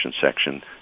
section